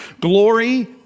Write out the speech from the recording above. glory